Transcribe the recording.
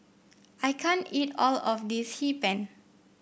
I can't eat all of this Hee Pan